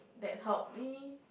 that helped me